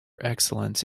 excellence